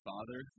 Father